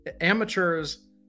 amateurs